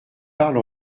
parle